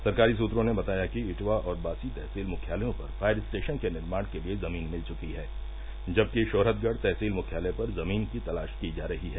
सरकारी सूत्रों ने बताया कि इटवा और बांसी तहसील मुख्यालयों पर फायर स्टेशन के निर्माण के लिये जमीन मिल चुकी है जबकि शोहरतगढ़ तहसील मुख्यालय पर जमीन की तलाश की जा रही है